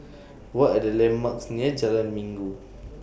What Are The landmarks near Jalan Minggu